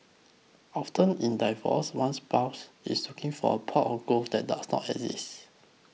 often in a divorce one spouse is looking for a pot of gold that doesn't exist